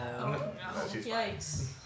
Yikes